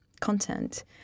content